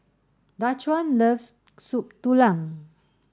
Daquan loves Soup Tulang